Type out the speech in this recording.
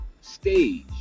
stage